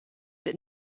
that